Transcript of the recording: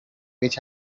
which